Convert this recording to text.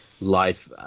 life